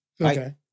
Okay